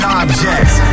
objects